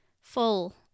full